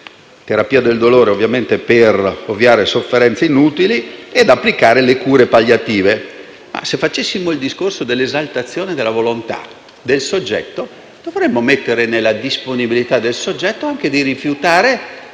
terapia del dolore - chiaramente per ovviare a sofferenze inutili - ed applicare le cure palliative. Ma se facessimo il discorso dell'esaltazione della volontà del soggetto, dovremmo mettere nella disponibilità del soggetto anche la